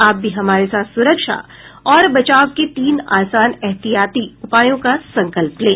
आप भी हमारे साथ सुरक्षा और बचाव के तीन आसान एहतियाती उपायों का संकल्प लें